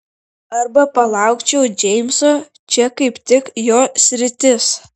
arba palaukčiau džeimso čia kaip tik jo sritis